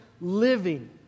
living